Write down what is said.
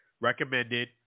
recommended